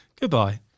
Goodbye